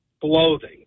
clothing